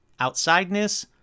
outsideness